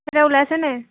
ওলাইছেনে